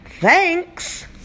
thanks